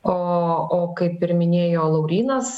o o kaip ir minėjo laurynas